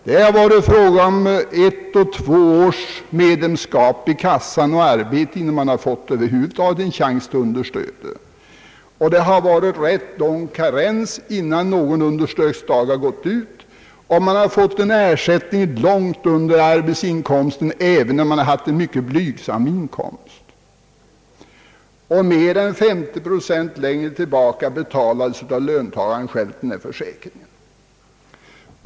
Det har krävts ett å två års medlemsskap i kassan innan någon över huvud taget fått en chans till understöd. Det har varit en rätt lång karenstid innan understöd utgått och de arbetslösa har fått ersättning som varit mycket mindre än deras tidigare arbetsinkomst, och detta även om de haft en mycket blygsam inkomst. Mer än 50 procent av denna försäkring betalades tidigare av arbetaren själv.